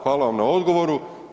Hvala vam na odgovoru.